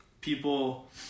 people